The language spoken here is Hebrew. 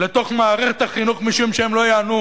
לתוך מערכת החינוך משום שהם לא יענו על